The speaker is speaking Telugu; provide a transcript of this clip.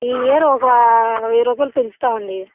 ఈ ఇయర్ ఒక వెయ్యి రూపాయలు పెంచుతామండీ